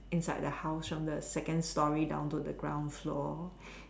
inside the house from the second story down to the ground floor